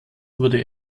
wurde